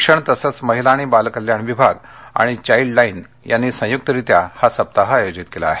शिक्षण तसंच महिला आणि बाल कल्याण विभाग आणि चाईल्ड लाईन यांनी संयुकरीत्या हा सप्ताह आयोजित केला आहे